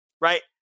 right